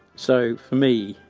so, for me,